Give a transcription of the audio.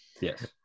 Yes